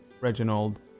Reginald